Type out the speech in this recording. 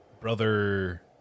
brother